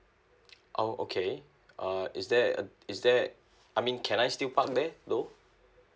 oh okay uh is there uh is that I mean can I still park there though